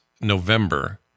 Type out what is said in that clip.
November